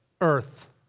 earth